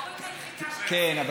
כן,